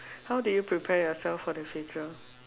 how did you prepare yourself for the future